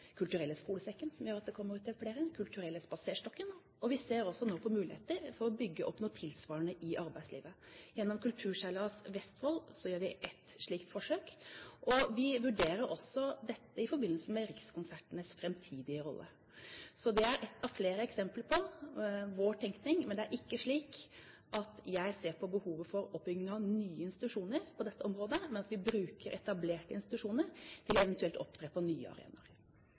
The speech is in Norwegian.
kulturelle skolesekken, som gjør at den kommer ut til flere, og Den kulturelle spaserstokken. Vi ser nå på muligheter til å bygge opp noe tilsvarende i arbeidslivet. Gjennom Arbeidslivets Kulturseilas i Vestfold gjør vi ett slikt forsøk. Vi vurderer også dette i forbindelse med Rikskonsertenes framtidige rolle. Så det er ett av flere eksempler på vår tenking, men det er ikke slik at jeg ser på behovet for oppbygging av nye institusjoner på dette området, men at vi bruker etablerte institusjoner til eventuelt å opptre på nye arenaer.